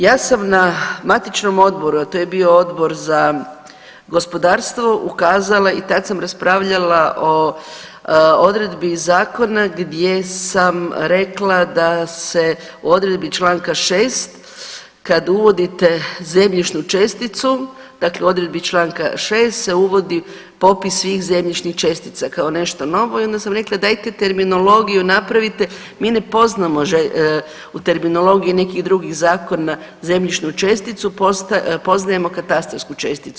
Ja sam na matičnom odboru, a to je bio Odbor za gospodarstvo i tad sam raspravljala o odredbi zakona gdje sam rekla da se u odredbi Članka 6. kad uvodite zemljišnu česticu, dakle u odredbi Članka 6. se uvodi popis svih zemljišnih čestica kao nešto novo i onda sam rekla dajte terminologiju napravite, mi ne poznamo u terminologiji nekih drugih zakona zemljišnu česticu, poznajemo katastarsku česticu.